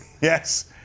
Yes